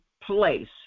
place